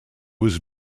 was